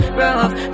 rough